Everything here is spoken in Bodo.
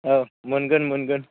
मोनगोन मोनगोन